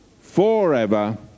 forever